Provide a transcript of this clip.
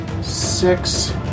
six